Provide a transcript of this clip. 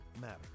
matter